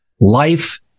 Life